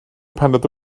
paned